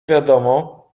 wiadomo